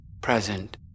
present